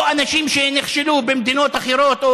או אנשים שנכשלו במדינות אחרות,